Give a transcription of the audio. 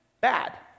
bad